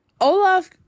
Olaf